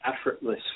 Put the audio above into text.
effortless